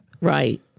Right